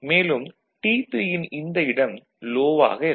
மேலும் T3 ன் இந்த இடம் லோ ஆக இருக்கும்